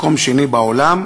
מקום שני בעולם,